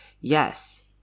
yes